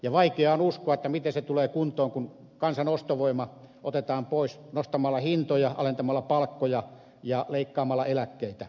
ja vaikeaa on uskoa että se tulee kuntoon kun kansan ostovoima otetaan pois nostamalla hintoja alentamalla palkkoja ja leikkaamalla eläkkeitä